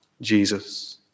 Jesus